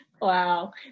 wow